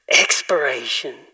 Expiration